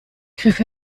griff